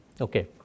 Okay